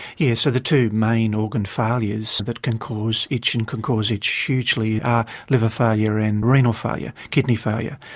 yes, so the two main organ failures that can cause itch and can cause itch hugely are liver failure and renal failure, kidney failure.